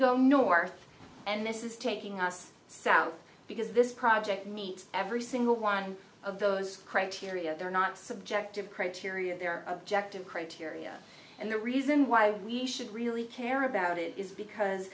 go north and this is taking us so because this project meet every single one of those criteria they're not subjective criteria they're objective criteria and the reason why we should really care about it is because